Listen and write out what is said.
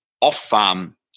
off-farm